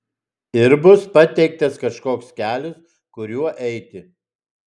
ir bus pateiktas kažkoks kelias kuriuo eiti